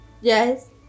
Yes